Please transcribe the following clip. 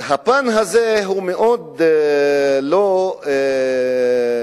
הפן הזה מאוד לא חברתי,